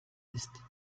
ist